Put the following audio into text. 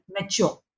mature